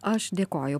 aš dėkoju